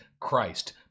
Christ